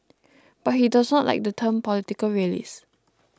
but he does not like the term political realist